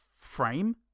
frame